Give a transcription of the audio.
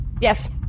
Yes